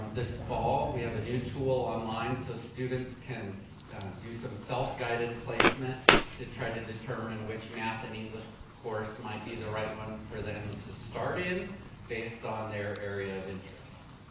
this fall, we have a new tool online so students can do some self-guided placement to try to determine which math and english course might be the right one for them to start in based on their area of interest.